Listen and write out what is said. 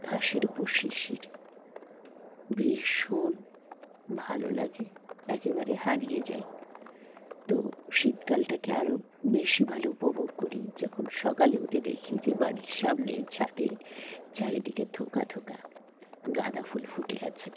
ঘাসের উপর শিশির ভীষণ ভালো লাগে একেবারে হারিয়ে যাই তো শীতকালটাকে আরও বেশি ভালো উপভোগ করি যখন সকালে উঠে দেখি যে বাড়ির সামনে ছাদে চারিদিকে থোকা থোকা গাঁদা ফুল ফুটে আছে